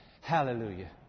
Hallelujah